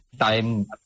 time